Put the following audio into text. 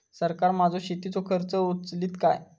सरकार माझो शेतीचो खर्च उचलीत काय?